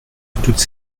toutes